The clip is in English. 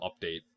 Update